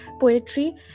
Poetry